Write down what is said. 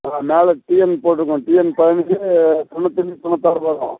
ஆ மேலே டிஎன் போட்டிருக்கும் டிஎன் பதினைஞ்சு தொண்ணூத்தஞ்சு தொண்ணூதாறு வரும்